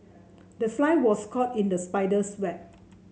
the fly was caught in the spider's web